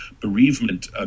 Bereavement